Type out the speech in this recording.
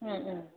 ꯎꯝ ꯎꯝ